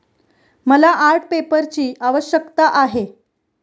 मला आर्ट पेपरची आवश्यकता आहे